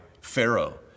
Pharaoh